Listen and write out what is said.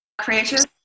creatures